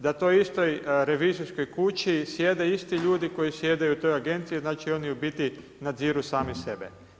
Da u toj istoj revizijskoj kući sjede isti ljudi koji sjede u toj agenciji, znači oni u biti nadziru sami sebe?